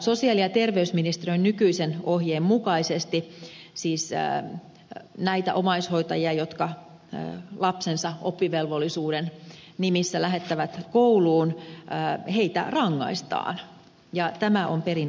sosiaali ja terveysministeriön nykyisen ohjeen mukaisesti näitä omaishoitajia jotka lapsensa oppivelvollisuuden nimissä lähettävät kouluun rangaistaan ja tämä on perin omituista